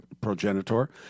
progenitor